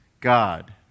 God